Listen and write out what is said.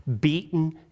beaten